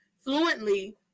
fluently